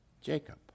Jacob